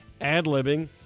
ad-libbing